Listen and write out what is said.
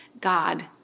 God